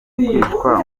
kwicwa